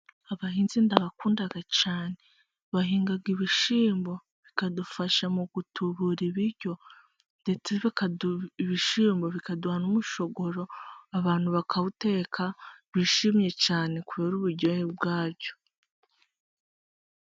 Abahinzi ndabakunda cyane, bahinga ibishimbo bikadufasha mu gutubura ibiryo, bakaduha ibishimbo bikaduhana n'umushogoro abantu bakawuteka bishimye cyane kubera uburyohe bwabyo.